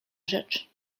rzecz